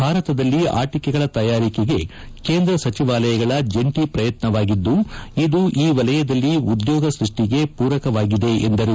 ಭಾರತದಲ್ಲಿ ಅಟಿಕೆಗಳ ತಯಾರಿಕೆಗೆ ಕೇಂದ್ರ ಸಚಿವಾಲಯಗಳ ಜಂಟಿ ಪ್ರಯತ್ನವಾಗಿದ್ದು ಇದು ಈ ವಲಯದಲ್ಲಿ ಉದ್ಯೋಗ ಸೃಷ್ಟಿಗೆ ಪೂರಕವಾಗಿದೆ ಎಂದರು